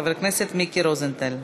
חבר הכנסת מיקי רוזנטל,